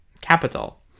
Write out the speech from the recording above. capital